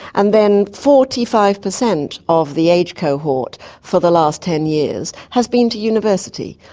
and then forty five percent of the age cohort for the last ten years has been to university.